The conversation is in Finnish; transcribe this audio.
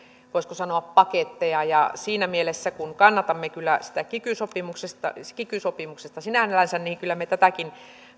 voisiko sanoa paketteja ja siinä mielessä kun kannatamme kyllä sitä kiky sopimusta sinällänsä niin kyllä me tätäkin